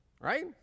Right